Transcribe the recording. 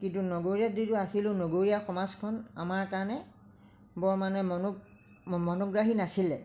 কিন্তু নগৰীয়া যিহেতু আছিলোঁ নগৰীয়া সমাজখন আমাৰ কাৰণে বৰ মানে মনো মনোগ্ৰাহী নাছিলে